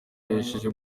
yahesheje